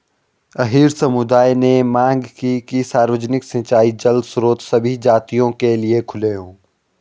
अहीर समुदाय ने मांग की कि सार्वजनिक सिंचाई जल स्रोत सभी जातियों के लिए खुले हों